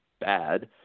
bad